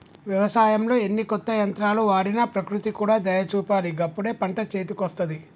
వ్యవసాయంలో ఎన్ని కొత్త యంత్రాలు వాడినా ప్రకృతి కూడా దయ చూపాలి గప్పుడే పంట చేతికొస్తది